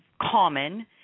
common